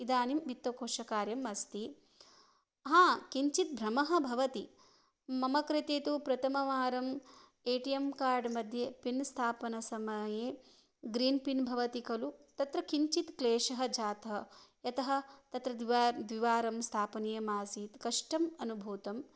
इदानीं वित्तकोशकार्यम् अस्ति किञ्चित् भ्रमः भवति मम कृते तु प्रथमवारम् ए टि एम् कार्ड् मध्ये पिन् स्थापनसमये ग्रीन् पिन् भवति खलु तत्र किञ्चित् क्लेशः जातः यतः तत्र द्विवारं द्विवारं स्थापनीयम् आसीत् कष्टम् अनुभूतम्